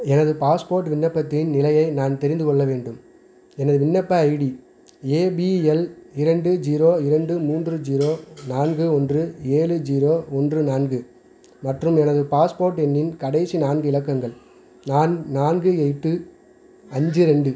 எனது பாஸ்போர்ட் விண்ணப்பத்தின் நிலையை நான் தெரிந்து கொள்ள வேண்டும் எனது விண்ணப்ப ஐடி ஏபிஎல் இரண்டு ஜீரோ இரண்டு மூன்று ஜீரோ நான்கு ஒன்று ஏழு ஜீரோ ஒன்று நான்கு மற்றும் எனது பாஸ்போர்ட் எண்ணின் கடைசி நான்கு இலக்கங்கள் நான் நான்கு எட்டு அஞ்சு ரெண்டு